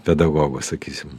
pedagogu sakysim